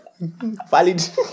valid